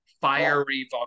fiery